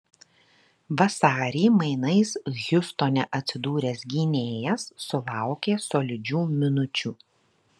vasarį mainais hjustone atsidūręs gynėjas sulaukė solidžių minučių